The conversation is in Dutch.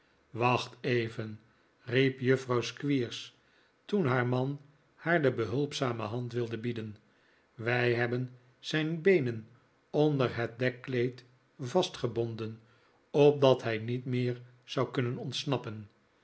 wacht even riep juffrouw squeers toen haar man haar de behulpzame hand wilde bieden wij hebben zijn beenen onder het dekkleed vastgebonden opdat hij niet meer zou kunnen ontsnappen